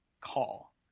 call